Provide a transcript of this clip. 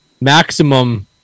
maximum